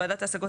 ועדת ההשגות